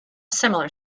similar